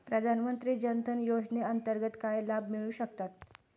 प्रधानमंत्री जनधन योजनेअंतर्गत काय लाभ मिळू शकतात?